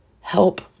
Help